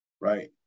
right